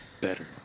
better